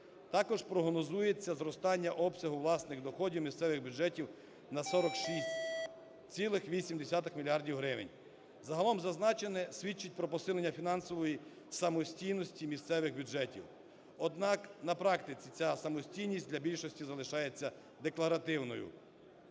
Також прогнозується зростання обсягу власних доходів місцевих бюджетів на 46,8 мільярдів гривень. Загалом зазначене свідчить про посилення фінансової самостійності місцевих бюджетів. Однак на практиці ця самостійність для більшості залишається декларативною.